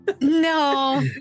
No